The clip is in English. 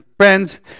friends